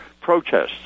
protests